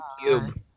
cube